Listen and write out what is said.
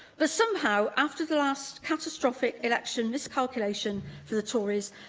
but, somehow, after the last catastrophic election miscalculation for the tories,